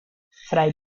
fray